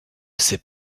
sait